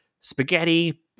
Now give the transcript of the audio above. spaghetti